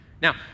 Now